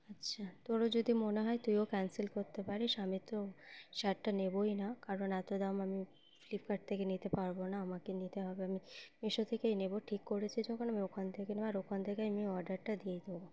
আচ্ছা তোরও যদি মনে হয় তুইও ক্যান্সেল করতে পারিস আমি তো শার্টটা নেবই না কারণ এত দাম আমি ফ্লিপকার্ট থেকে নিতে পারব না আমাকে নিতে হবে আমি মিশো থেকেই নেব ঠিক করেছি যখন আমি ওখান থেকে নেব আর ওখান থেকেই আমি অর্ডারটা দিয়ে দেবো